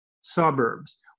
suburbs